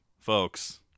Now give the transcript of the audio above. Folks